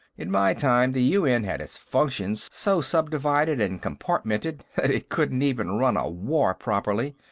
in my time, the un had its functions so subdivided and compartmented couldn't even run a war properly.